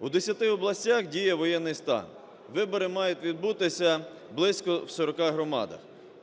У 10 областях діє воєнний стан, вибори мають відбутися близько в 40 громадах.